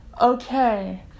okay